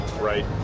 right